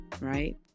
right